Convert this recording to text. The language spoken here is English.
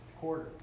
quarter